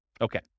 Okay